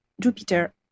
Jupiter